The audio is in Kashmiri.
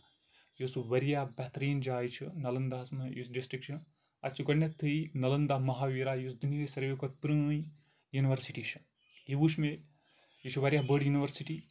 یُس واریاہ بہتریٖن جاے چھِ نَلنٛداہس منٛز یُس ڈِسٹرک چھُ اَتہِ چھُ گۄڈٕنیتھٕے نلندا مہاویٖرا یُس دُنیہٕچ ساروی کھۄتہٕ پرٲنۍ یونیورسٹی چھِ یہِ وٕچھ مےٚ یہِ چھ واریاہ بٔڑ یونیورسٹی